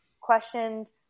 questioned